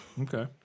okay